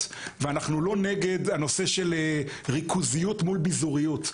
ואנחנו לא נגד הנושא של ריכוזיות מול ביזוריות.